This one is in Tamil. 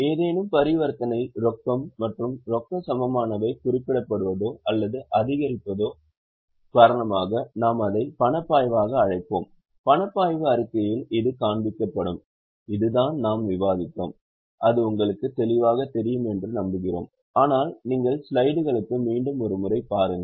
ஏதேனும் பரிவர்த்தனை ரொக்கம் மற்றும் ரொக்க சமமானவை குறைக்கப்படுவதோ அல்லது அதிகரிப்பதோ காரணமாக நாம் அதை பணபாய்வாக அழைப்போம் பணப்பாய்வு அறிக்கையில் இது காண்பிக்கப்படும் இதுதான் நாம் விவாதித்தோம் அது உங்களுக்கு தெளிவாகத் தெரியும் என்று நம்புகிறோம் ஆனால் நீங்கள் ஸ்லைடுகளுக்கு மீண்டும் ஒரு முறை பாருங்கள்